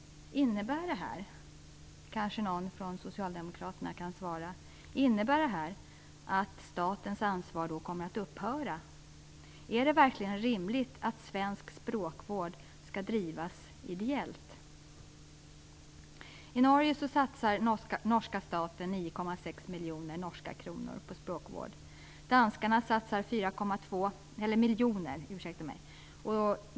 Innebär detta att statens ansvar kommer att upphöra? Kanske kan någon från Socialdemokraterna svara på det. Är det verkligen rimligt att svensk språkvård skall drivas ideellt? I Norge satsar norska staten 9,6 miljoner norska kronor på sin språkvård.